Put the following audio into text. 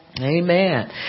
Amen